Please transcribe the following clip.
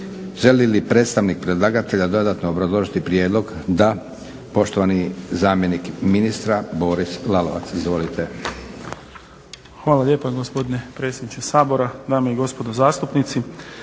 Želi li predstavnik predlagatelja dodatno obrazložiti prijedlog? Da. Poštovani zamjenik ministra, Boris Lalovac. Izvolite.